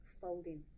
folding